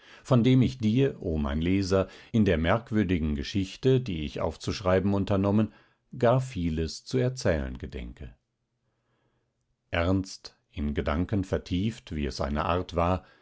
von dem ich dir o mein leser in der merkwürdigen geschichte die ich aufzuschreiben unternommen gar vieles zu erzählen gedenke ernst in gedanken vertieft wie es seine art war